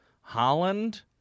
Holland